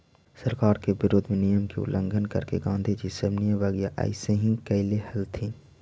सरकार के विरोध में नियम के उल्लंघन करके गांधीजी सविनय अवज्ञा अइसही कैले हलथिन